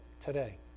today